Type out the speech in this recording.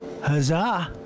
Huzzah